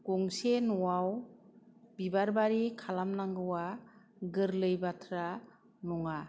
गंसे न'आव बिबारबारि खालामनांगौवा गोरलै बाथ्रा नङा